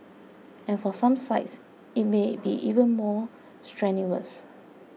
and for some sites it may be even more strenuous